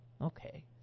Okay